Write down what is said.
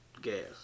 gas